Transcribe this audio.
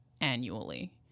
annually